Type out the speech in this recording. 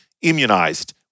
immunized